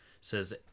says